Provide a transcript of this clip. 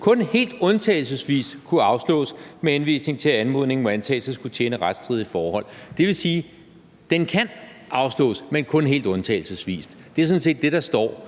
kun helt undtagelsesvis kunne afslås, med henvisning til at anmodningen må antages at skulle tjene retsstridige forhold.« Det vil sige, at den kan afslås, men kun helt undtagelsesvis. Det er sådan set det, der står.